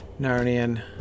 Narnian